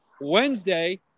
Wednesday